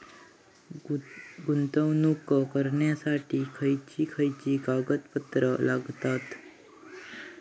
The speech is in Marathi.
गुंतवणूक करण्यासाठी खयची खयची कागदपत्रा लागतात?